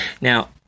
Now